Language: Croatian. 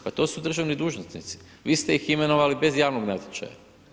Pa to su državni dužnosnici, vi ste ih imenovali bez javnog natječaja.